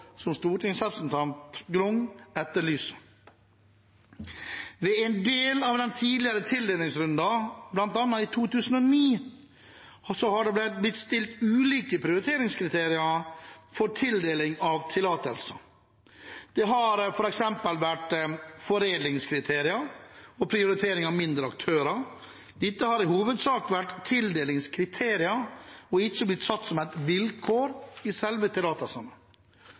som stortingsrepresentanten Grung etterlyser. Ved en del av de tidligere tildelingsrundene, bl.a. i 2009, har det blitt stilt ulike prioriteringskriterier for tildeling av tillatelser. Det har f.eks. vært foredlingskriterier og prioritering av mindre aktører. Dette har i hovedsak vært tildelingskriterier og ikke blitt satt som et vilkår i selve